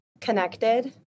Connected